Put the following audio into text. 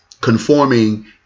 conforming